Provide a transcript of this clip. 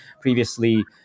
previously